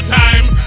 time